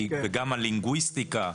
וגם הלינגוויסטיקה,